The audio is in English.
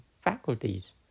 faculties